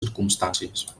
circumstàncies